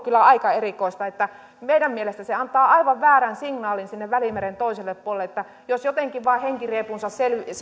kyllä aika erikoista meidän mielestämme se antaa aivan väärän signaalin sinne välimeren toiselle puolelle että jos jotenkin vain henkiriepunsa